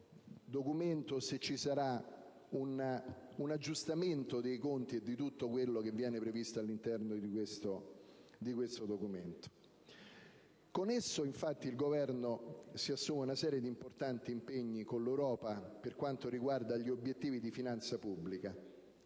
mittente o se ci sarà un aggiustamento dei conti e di tutto quello che viene previsto all'interno di questo Documento. Con il nuovo DEF il Governo si assume una serie di importanti impegni con l'Europa per quanto riguarda gli obiettivi di finanza pubblica.